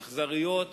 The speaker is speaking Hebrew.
"אכזריות",